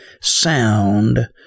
sound